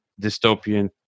dystopian